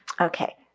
Okay